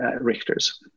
Richter's